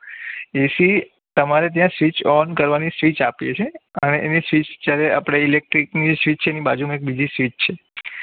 એસી તમારે ત્યાં switch on કરવાની સ્વિચ આપીએ છે અને એની સ્વિચ આપણે ઇલેક્ટ્રીકની સ્વિચ છે એની બાજુમાં એક બીજી સ્વિચ છે